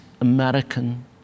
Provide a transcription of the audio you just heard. American